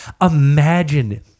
imagine